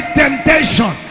temptation